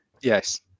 Yes